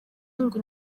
ngo